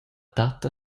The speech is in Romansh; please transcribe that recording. tatta